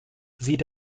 sieht